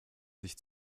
sich